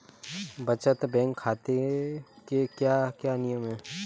बचत बैंक खाते के क्या क्या नियम हैं?